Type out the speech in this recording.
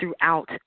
throughout